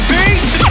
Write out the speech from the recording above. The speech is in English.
Beats